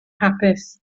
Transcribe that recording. hapus